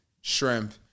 shrimp